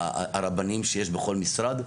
הרבנים שיש בכל משרד.